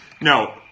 No